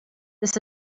this